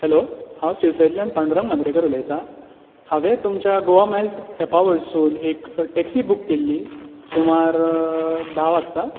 hello हांव शिरसयतल्यान पांडुरंग मांद्रेकर उलयतां हांवें तुमच्या गोवा माइल्स ऐपा वयरसून एक टॅक्सी बूक केल्ली सुमार धा वाजता